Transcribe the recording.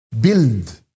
build